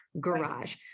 garage